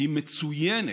היא מצוינת,